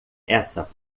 essa